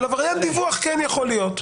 עבריין דיווח כן יכול להיות,